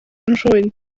nhrwyn